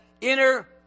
inner